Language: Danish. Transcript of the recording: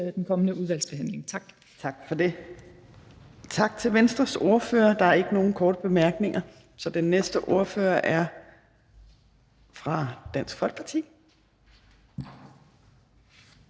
den kommende udvalgsbehandling. Tak. Kl. 11:38 Fjerde næstformand (Trine Torp): Tak til Venstres ordfører. Der er ikke nogen korte bemærkninger, så den næste ordfører er fra Dansk Folkeparti.